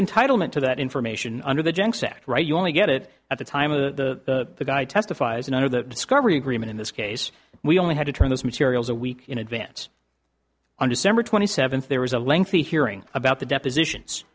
entitle mint to that information under the jencks act right you only get it at the time of the guy testifies and under the discovery agreement in this case we only had to turn those materials a week in advance under summer twenty seventh there was a lengthy hearing about the depositions